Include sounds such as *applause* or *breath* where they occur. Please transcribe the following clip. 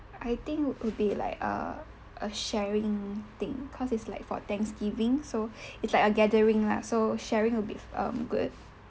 I think would be like a a sharing thing cause it's like for thanksgiving so *breath* it's like a gathering lah so sharing will be um good